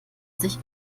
sich